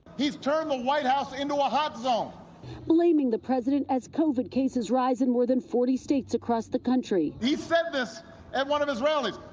he's turned the white house into a hot zone. reporter blaming the president as covid cases rise in more than forty states across the country. he said this at one of his rally.